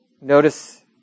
notice